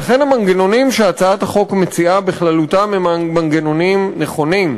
לכן המנגנונים שהצעת החוק מציעה בכללותם הם מנגנונים נכונים.